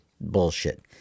bullshit